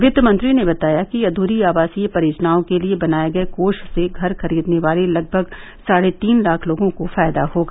वित्तमंत्री ने बताया कि अध्री आवासीय परियोजनाओं के लिए बनाए गए कोष से घर खरीदने वाले लगभग साढ़े तीन लाख लोगों को फायदा होगा